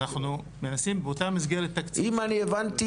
אז אנחנו מנסים באותה מסגרת תקציב --- אם אני הבנתי,